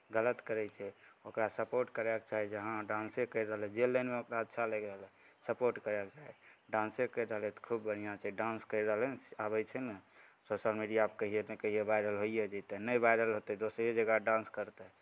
गलत करै छै ओकरा सपोर्ट करयके चाही जे हँ डान्से करि रहलै हइ जे लाइनमे ओकरा अच्छा लागि रहल हइ सपोर्ट करयले चाही डान्से करि रहलै हइ तऽ खूब बढ़िआँसँ डान्स करि रहल हइ से आबै छै नहि सोशल मीडियापर कहियो नहि कहियो वायरल भैए जेतै नहि वायरल होतै दोसरे जगह डान्स करतै